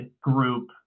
group